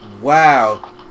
Wow